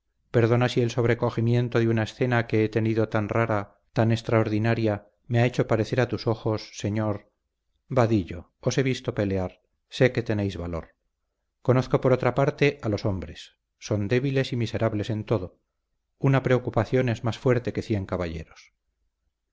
perdona si el sobrecogimiento de una escena que he tenido tan rara tan extraordinaria me ha hecho parecer a tus ojos señor vadillo os he visto pelear sé que tenéis valor conozco por otra parte a los hombres son débiles y miserables en todo una preocupación es más fuerte que cien caballeros